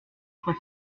trois